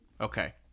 Okay